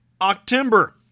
October